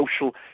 social